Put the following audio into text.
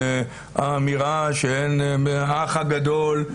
והאמירה שהן האח הגדול.